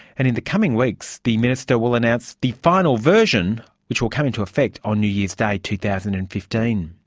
and in the coming weeks the minister will announce the final version which will come into effect on new year's day two thousand and fifteen.